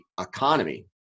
economy